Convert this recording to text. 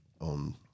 on